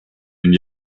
and